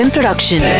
Production